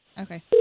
okay